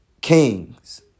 Kings